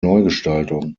neugestaltung